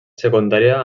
secundària